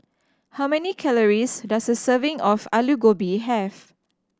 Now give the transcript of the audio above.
how many calories does a serving of Alu Gobi have